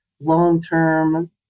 long-term